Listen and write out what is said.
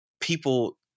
people